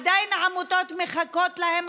העמותות עדיין מחכות להם.